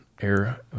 air